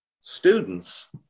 students